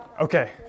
Okay